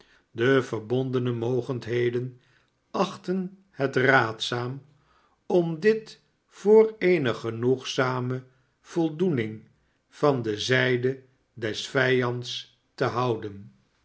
de verbondene mogendheden achtten het raadzaam om dit voor eene genoegzame voldoening van de zijde des vijands te houden